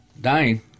dying